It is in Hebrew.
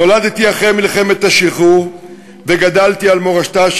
נולדתי אחרי מלחמת השחרור וגדלתי על מורשתה,